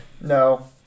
No